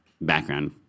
background